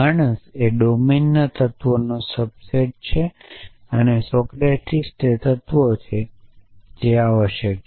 માણસ એ ડોમેનના તત્વોનો સબસેટ છે અને સોક્રેટીસ તે તત્વો છે તે આવશ્યક છે